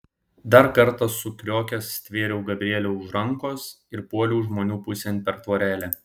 dar kartą sukriokęs stvėriau gabrielę už rankos ir puoliau žmonių pusėn per tvorelę